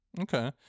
okay